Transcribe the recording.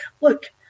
Look